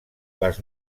les